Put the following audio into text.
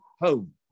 home